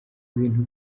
ibintu